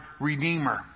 redeemer